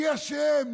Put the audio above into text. מי אשם?